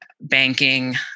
banking